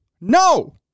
No